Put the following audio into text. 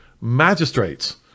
magistrates